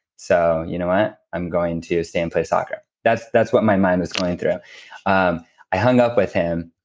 so you know what, i'm going to stay and play soccer. that's that's what my mind was going through um i hung up with him,